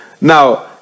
Now